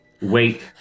Wait